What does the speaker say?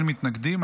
אין מתנגדים,